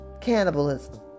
Cannibalism